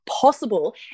possible